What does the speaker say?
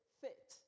fit